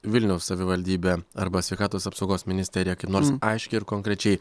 vilniaus savivaldybė arba sveikatos apsaugos ministerija nors aiškiai ir konkrečiai